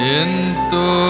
Yento